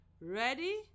Ready